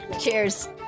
Cheers